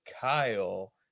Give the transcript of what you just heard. Kyle